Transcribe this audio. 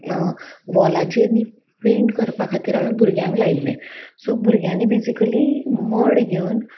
वॉलाचेर न्ही पेंट करपा खातीर हांवे भुरग्यांक लायिल्लें सो भुरग्यांनी बेजिकली मड घेवन